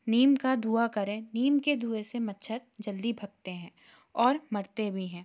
नीम का धुआँ करें नीम के धुएं से मच्छर जल्दी भगते हैं और मरते भी हैं